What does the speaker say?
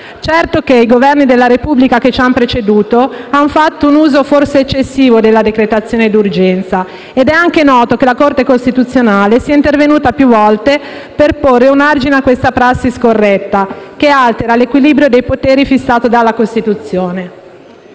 Certo è che i Governi della Repubblica che ci hanno preceduto hanno fatto un uso forse eccessivo della decretazione d'urgenza ed è anche noto che la Corte costituzionale sia intervenuta più volte per porre un argine a questa prassi scorretta, che altera l'equilibrio dei poteri fissato dalla Costituzione.